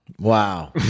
Wow